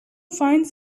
finds